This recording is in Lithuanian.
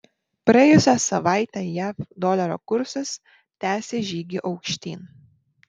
praėjusią savaitę jav dolerio kursas tęsė žygį aukštyn